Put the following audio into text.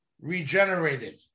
regenerated